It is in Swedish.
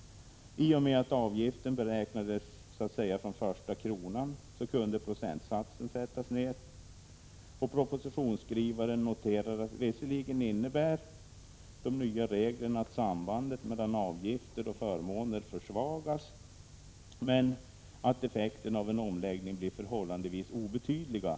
I och med att avgiften beräknas från första kronan kunde procentsatsen sättas ned. Propositionsskrivaren noterar att de nya reglerna visserligen innebär att sambandet mellan avgifter och förmåner försvagas men att effekterna av en omläggning blir förhållandevis obetydliga.